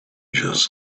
just